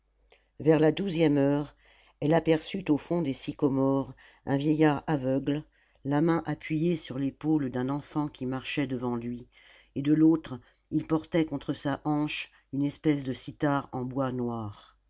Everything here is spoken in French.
vers la douzième heure elle aperçut au fond des sycomores un vieillard aveugle la main appuyée sur l'épaule d'un enfant qui marchait devant lui et de l'autre il portait contre sa hanche une espèce de cithare en bois noir